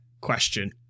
question